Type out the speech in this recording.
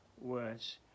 words